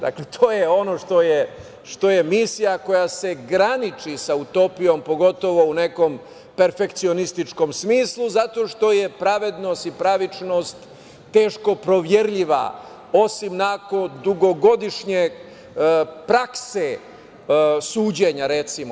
Dakle, to je ono što je misija koja se graniči sa utopijom, pogotovo u nekom perfekcionističkom smislu, zato što je pravednost i pravičnost teško proverljiva, osim nakon dugogodišnje prakse suđenja, recimo.